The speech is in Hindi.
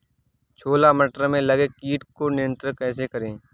छोला मटर में लगे कीट को नियंत्रण कैसे करें?